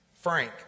Frank